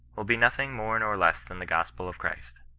will be nothing more nor less than the gospel of christ